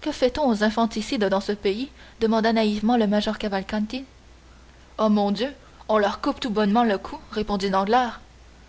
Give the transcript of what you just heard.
que fait-on aux infanticides dans ce pays-ci demanda naïvement le major cavalcanti oh mon dieu on leur coupe tout bonnement le cou répondit